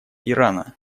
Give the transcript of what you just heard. ирана